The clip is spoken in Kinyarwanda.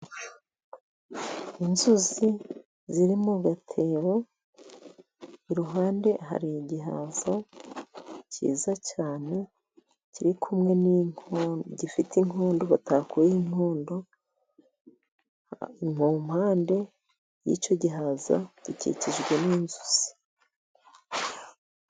Inzuzi ziri mu gatebo ,iruhande hari igihaza cyiza cyane kiri kumwe gifite inkondo batakuyeho inkondo, mu mpande y'icyo gihaza gikikijwe n'inzuzi.